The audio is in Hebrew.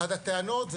אחת הטענות,